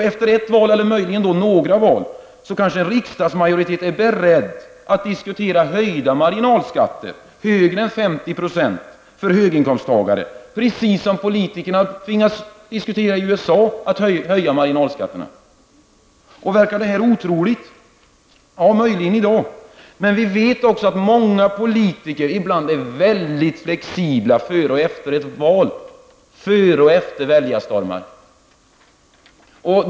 Efter ett val, eller möjligen några val, kanske en riksdagsmajoritet är beredd att diskutera höjda marginalskatter, mer än 50 %, för höginkomsttagare, precis som politikerna tvingats diskutera i USA. Verkar detta otroligt? Ja, möjligen i dag. Men vi vet också att många politiker ibland är mycket flexibla före och efter val. Före och efter väljarstormar.